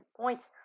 points